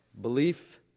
Belief